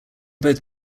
both